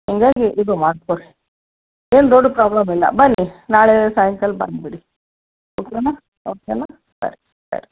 ಹಿಂಗಾಗಿ ಇದು ಮಾಡ್ಸ್ಕೊಳಿ ಏನೂ ದೊಡ್ಡ ಪ್ರಾಬ್ಲಮ್ ಇಲ್ಲ ಬನ್ನಿ ನಾಳೆ ಸಾಯಂಕಾಲ ಬಂದುಬಿಡಿ ಓಕೆನಾ ಓಕೆನಾ ಸರಿ ಸರಿ